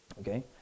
Okay